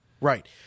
Right